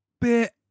bit